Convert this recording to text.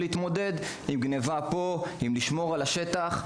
להתמודד עם גניבה פה ושם ולשמור על השטח.